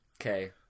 Okay